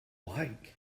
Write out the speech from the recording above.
like